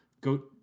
go